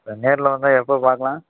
அப்போ நேரில் வந்தால் எப்போப் பார்க்கலாம்